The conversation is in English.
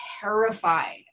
terrified